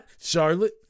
Charlotte